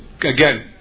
again